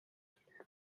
evening